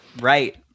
Right